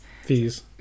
Fees